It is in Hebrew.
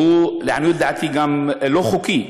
ולעניות דעתי הוא גם לא חוקי.